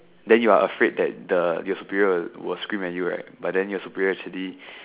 then you're afraid that the your superior was scream at you right but then your superior actually